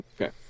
okay